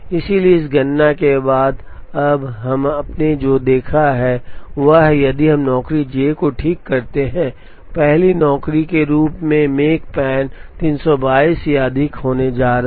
इसलिए इस गणना के बाद अब हमने जो देखा है वह है यदि हम नौकरी J को ठीक करते हैं 1 पहली नौकरी के रूप में मेकपॉन 322 या अधिक होने जा रहा है